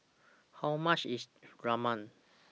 How much IS Rajma